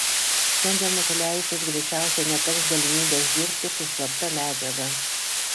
šiandien matulevičius greičiausiai neteks galimybės dirbti su slapta medžiaga